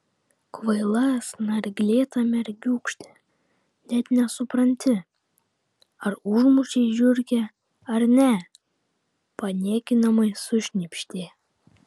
kvaila snarglėta mergiūkšte net nesupranti ar užmušei žiurkę ar ne paniekinamai sušnypštė